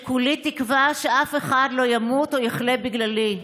וכולי תקווה שאף אחד לא ימות או יחלה בגללי,